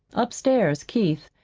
upstairs, keith,